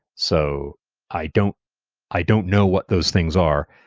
so i don't i don't know what those things are.